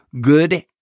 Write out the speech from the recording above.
good